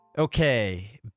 Okay